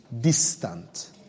distant